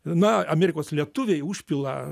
na amerikos lietuviai užpila